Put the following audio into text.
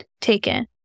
taken